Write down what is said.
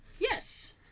Yes